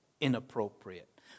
Inappropriate